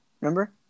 Remember